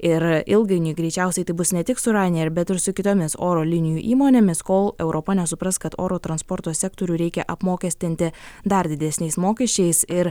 ir ilgainiui greičiausiai taip bus ne tik su ryanair bet ir su kitomis oro linijų įmonėmis kol europa nesupras kad oro transporto sektorių reikia apmokestinti dar didesniais mokesčiais ir